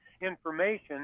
information